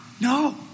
No